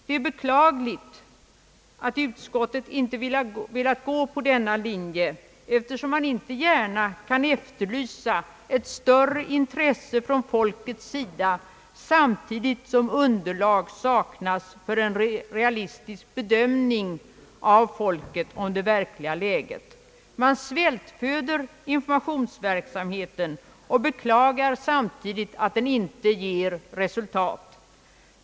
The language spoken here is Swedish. Det är beklagligt att utskottet inte velat gå på den linjen, eftersom man inte gärna kan efterlysa ett större intresse från allmänhetens sida samtidigt som underlag saknas för en realistisk bedömning av läget. Man svältföder informationsverksamheten och =<klagar samtidigt över att den inte ger resultat.